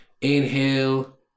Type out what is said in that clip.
inhale